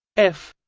f